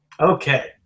Okay